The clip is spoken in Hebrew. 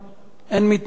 אין מתנגדים.